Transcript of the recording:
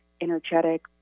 energetic